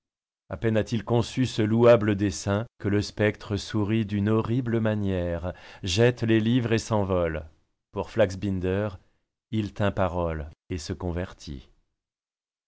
a peine a-t-il conçu ce louable dessein que le spectre sourit d'une horrible manière jette les livres et s'envole pour flaxbinder il tint parole et se convertit